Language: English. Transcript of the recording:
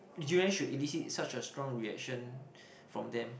durian should elicit such a strong reaction from them